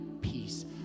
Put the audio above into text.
peace